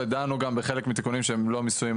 ודנו גם בחלק מהתיקונים שהם לא מיסוי,